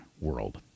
world